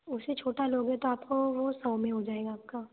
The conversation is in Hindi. उससे छोटा लोगे तो आपको वो सौ में हो जाएगा आपका